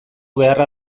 beharra